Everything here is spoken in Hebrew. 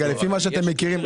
לפי מה שאתם מכירים,